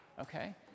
Okay